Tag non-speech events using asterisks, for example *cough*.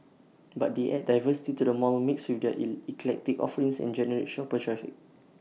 but they add diversity to the mall mix with their *unintelligible* eclectic offerings and generate shopper traffic